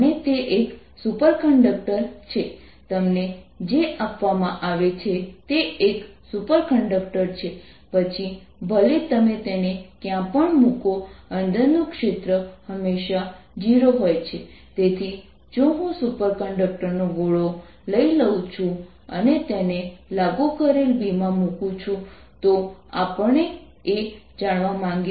તેથી સપાટી પ્રવાહ ઘનતા આ પ્રવાહને અહીંની લંબાઈ દ્વારા વહેંચવામાં આવશે જે હું આ ગોળા પર લાલ રંગ દ્વારા બતાવી રહ્યો છું જે Rdθ છે